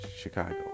chicago